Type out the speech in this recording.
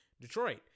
Detroit